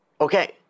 okay